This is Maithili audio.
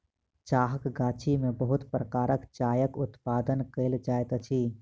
चाहक गाछी में बहुत प्रकारक चायक उत्पादन कयल जाइत अछि